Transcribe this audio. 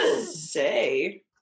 say